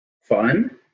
Fun